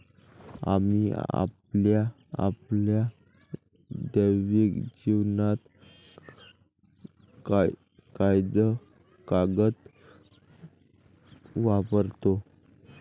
आम्ही आपल्या दैनंदिन जीवनात कागद वापरतो